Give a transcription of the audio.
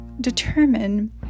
determine